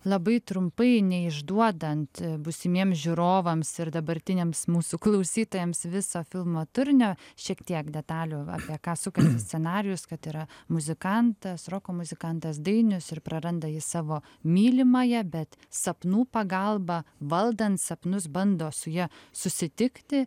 labai trumpai neišduodant būsimiems žiūrovams ir dabartiniams mūsų klausytojams viso filmo turinio šiek tiek detalių va apie ką sukasi scenarijus kad yra muzikantas roko muzikantas dainius ir praranda jis savo mylimąją bet sapnų pagalba valdant sapnus bando su ja susitikti